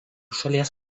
šalies